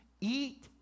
eat